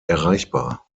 erreichbar